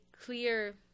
clear